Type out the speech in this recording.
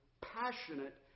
passionate